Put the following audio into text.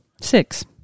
Six